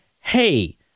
hey